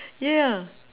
ya ya